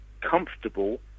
comfortable